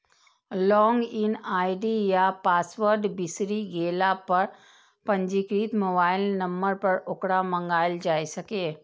log in ID या password बिसरि गेला पर पंजीकृत मोबाइल नंबर पर ओकरा मंगाएल जा सकैए